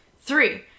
Three